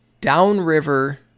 Downriver